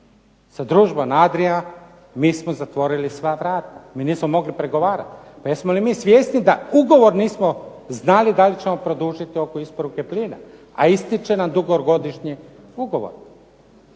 sa družbom Adria mi smo zatvorili sva vrata, mi nismo mogli pregovarati. Pa jesmo li mi svjesni da ugovor nismo znali da li ćemo produžiti oko isporuke plina, a ističe nam dugogodišnji ugovor.